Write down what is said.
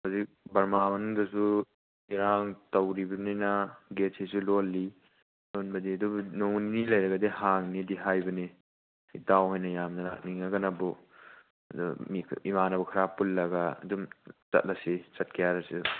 ꯍꯧꯖꯤꯛ ꯕꯔꯃꯥ ꯃꯅꯨꯡꯗꯁꯨ ꯏꯔꯥꯡ ꯇꯧꯔꯤꯕꯅꯤꯅ ꯒꯦꯠꯁꯤꯁꯨ ꯂꯣꯜꯂꯤ ꯂꯣꯟꯕꯗꯤ ꯑꯗꯨꯕꯨ ꯅꯣꯡꯃ ꯅꯤꯅꯤ ꯂꯩꯔꯒꯗꯤ ꯍꯥꯡꯅꯦꯗꯤ ꯍꯥꯏꯕꯅꯤ ꯏꯇꯥꯎ ꯍꯣꯏꯅ ꯌꯥꯝꯅ ꯂꯥꯛꯅꯤꯡꯉꯒꯅꯕꯨ ꯑꯗꯨꯝ ꯃꯤ ꯏꯃꯥꯟꯅꯕ ꯈꯔꯥ ꯄꯨꯜꯂꯒ ꯑꯗꯨꯝ ꯆꯠꯂꯁꯤ ꯆꯠꯀꯦ ꯍꯥꯏꯔꯁꯨ